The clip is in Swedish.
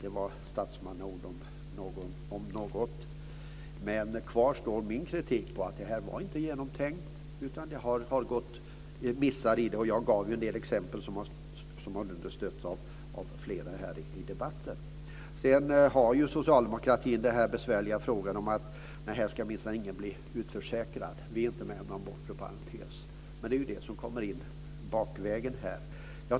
Det var statsmannaord om något. Kvar står min kritik att det inte var genomtänkt, utan det har funnits missar i det. Jag gav en del exempel som har understötts av flera här i debatten. Sedan har socialdemokraterna den besvärliga frågan om att ingen minsann ska bli utförsäkrad. De säger att de inte är med på någon bortre parentes. Men det kommer ju in bakvägen här.